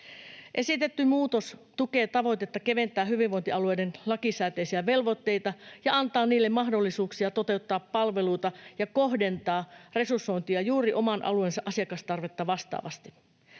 Esitetty muutos tukee tavoitetta keventää hyvinvointialueiden lakisääteisiä velvoitteita ja antaa niille mahdollisuuksia toteuttaa palveluita ja kohdentaa resursointia juuri oman alueensa asiakastarvetta vastaavasti.